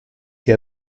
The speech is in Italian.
che